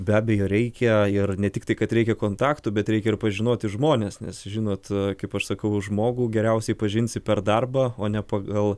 be abejo reikia ir ne tiktai kad reikia kontaktų bet reikia ir pažinoti žmones nes žinot kaip aš sakau žmogų geriausiai pažinsi per darbą o ne pagal